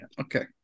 Okay